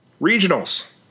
regionals